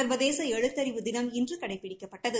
சா்வதேச எழுத்தறிவு தினம் இன்று கடைபிடிக்கப்பட்டது